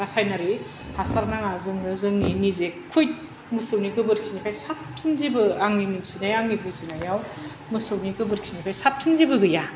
रासायनारि हासार नाङा जोंनो जोंनि निजे खुइथ मोसौनि गोबोरखिनिफ्राय साबसिन जेबो आंनि मोनथिनाय आंनि बुजिनायाव मोसौनि गोबोरखिनिफ्राय साबसिन जेबो गैया